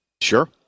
Sure